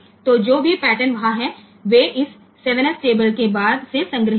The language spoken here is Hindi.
तो जो भी पैटर्न वहां हैं वे इस 7 s टेबल के बाद से संग्रहीत हैं